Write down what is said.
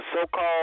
so-called